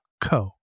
co